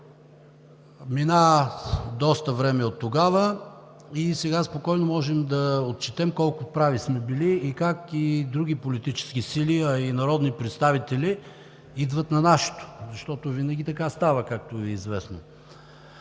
Мина доста време оттогава и сега спокойно можем да отчетем колко прави сме били, как и други политически сили, а и народни представители, идват на нашето, защото винаги така става, както Ви е известно.